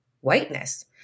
whiteness